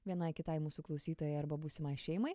vienai kitai mūsų klausytojai arba būsimai šeimai